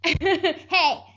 Hey